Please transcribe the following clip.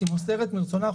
היא מוסרת מרצונה החופשי,